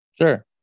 Sure